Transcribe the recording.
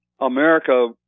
America